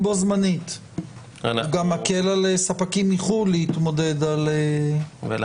בו-זמנית; הוא גם מקל על ספקים מחוץ לארץ להתמודד על ההתקשרות.